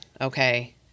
Okay